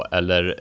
Eller